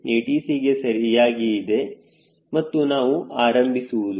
ATC ಗೆ ಸರಿಯಾಗಿ ಇದೆ ಮತ್ತು ನಾವು ಆರಂಭಿಸುವುದು